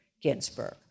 Ginsburg